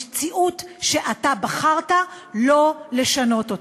מציאות שאתה בחרת שלא לשנות.